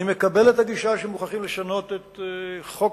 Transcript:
אני מקבל את הגישה שמוכרחים לשנות את חוק